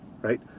right